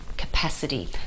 capacity